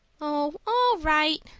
oh, all right,